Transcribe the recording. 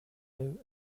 new